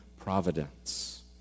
providence